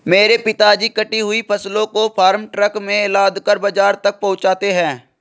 मेरे पिताजी कटी हुई फसलों को फार्म ट्रक में लादकर बाजार तक पहुंचाते हैं